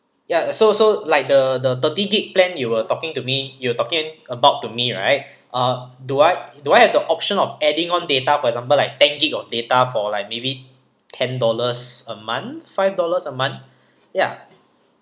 ya so so like the the thirty gig plan that you were talking to me you were talking about to me right uh do I do I have the option of adding on data for example like ten gig of data for like maybe ten dollars a month five dollars a month ya